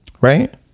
Right